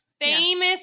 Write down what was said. famous